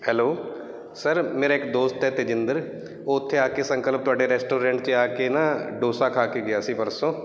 hello sir ਮੇਰਾ ਇੱਕ ਦੋਸਤ ਹੈ ਤਜਿੰਦਰ ਉੱਥੇ ਆ ਕੇ ਸੰਕਲਪ ਤੁਹਾਡੇ ਰੈਸਟੋਰੈਂਟ 'ਚ ਆ ਕੇ ਨਾ ਡੋਸਾ ਖਾ ਕੇ ਗਿਆ ਸੀ ਪਰਸੋਂ